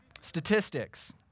Statistics